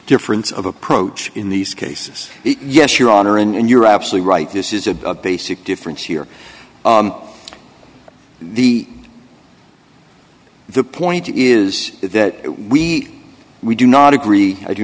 difference of approach in these cases yes your honor and you're absolutely right this is a basic difference here the the point is that we we do not agree i do